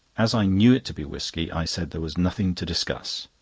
as i knew it to be whisky, i said there was nothing to discuss.